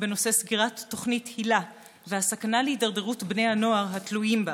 בנושא סגירת תוכנית היל"ה והסכנה להידרדרות בני הנוער התלויים בה.